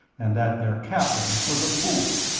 and that their captain was a fool.